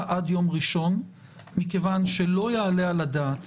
עד ליום ראשון מכיוון שלא יעלה על הדעת